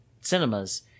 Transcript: cinemas